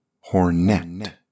Hornet